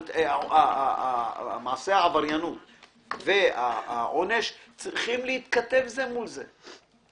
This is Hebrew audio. מעשה העבירה והעונש צריכים להתכתב זה מול זה.